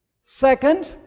Second